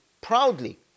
proudly